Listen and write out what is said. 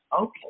Okay